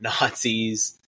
Nazis